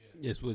Yes